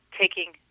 taking